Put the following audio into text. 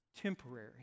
temporary